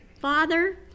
Father